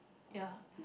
ya